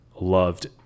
loved